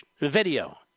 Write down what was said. video